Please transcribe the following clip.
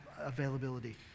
availability